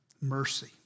mercy